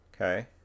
Okay